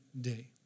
day